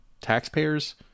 taxpayers